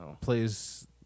Plays